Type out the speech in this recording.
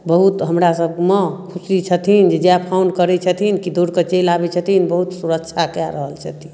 बहुत हमरा सबमे खुशी छथिन जे जएह फोन करै छथिन कि दौड़ कऽ चलि आबै छथिन बहुत सुरक्षा कए रहल छथिन